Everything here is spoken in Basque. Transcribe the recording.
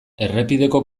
errepideko